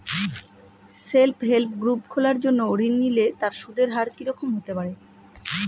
Self help group খোলার জন্য ঋণ নিলে তার সুদের হার কি রকম হতে পারে?